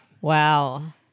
Wow